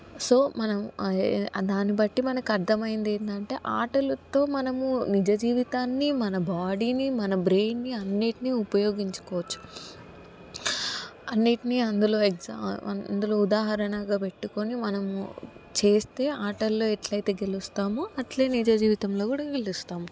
so మనం దాన్నిబట్టి మనకు అర్థమయింది ఏందంటే ఆటలతో మనము నిజ జీవితాన్ని మన బాడీని మన బ్రెయిన్ని అన్నిటినీ ఉపయోగించుకోవచ్చు అన్నిటిని అందులో ఎగ్జా అందులో ఉదాహరణగా పెట్టుకొని మనము చేస్తే ఆటల్లో ఎట్లైతే గెలుస్తామో అట్లే నిజ జీవితంలో కూడా గెలుస్తాము